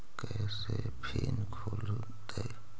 कैसे फिन खुल तय?